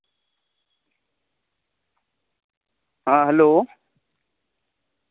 ᱦᱮᱸ ᱦᱮᱞᱳ